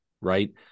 right